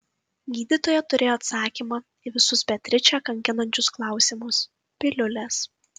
gydytoja turėjo atsakymą į visus beatričę kankinančius klausimus piliulės